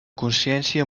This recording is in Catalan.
consciència